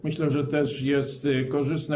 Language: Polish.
Myślę, że to też jest korzystne.